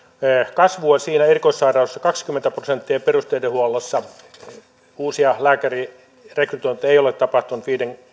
kasvua erikoissairaanhoidossa kaksikymmentä prosenttia ja perusterveydenhuollossa uusia lääkärirekrytointeja ei ole tapahtunut